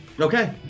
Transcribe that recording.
Okay